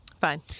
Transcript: Fine